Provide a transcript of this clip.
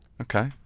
Okay